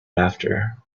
after